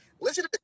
listen